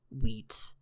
wheat